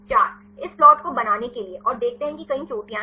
4 इस प्लाट को बनाने के लिए और देखते हैं कि कई चोटियां हैं